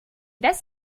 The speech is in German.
das